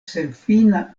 senfina